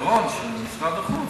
הפתרון של משרד החוץ,